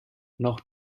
noch